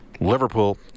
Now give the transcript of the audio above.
Liverpool